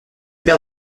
père